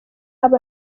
aba